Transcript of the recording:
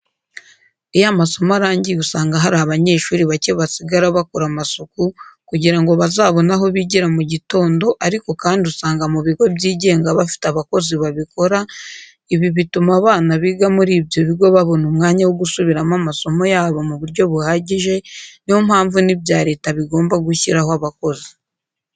Iyo amasomo arangiye usanga hari abanyeshuri bake basigara bakora amasuku kugira ngo bazabone aho bigira mu gitondo ariko kandi usanga mu bigo byingenga bafite abakozi babikora, ibi bituma abana biga muri ibyo bigo babona umwanya wo gusubiramo amasomo yabo mu buryo buhagije, ni yo mpamvu n'ibya leta bigomba gushyiraho abakozi.